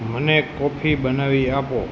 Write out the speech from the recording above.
મને કૉફી બનાવી આપો